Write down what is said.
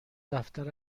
دفتر